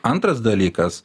antras dalykas